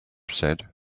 said